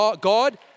God